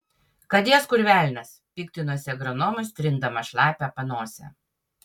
kad jas kur velnias piktinosi agronomas trindamas šlapią panosę